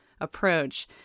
approach